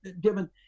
given